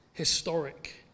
historic